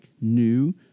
new